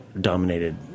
dominated